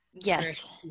yes